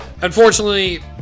Unfortunately